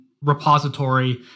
repository